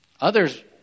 Others